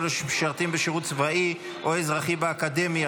הצעת חוק תגמול למשרתים בשירות צבאי או אזרחי באקדמיה,